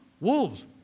Wolves